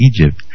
Egypt